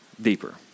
deeper